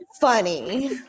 funny